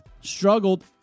struggled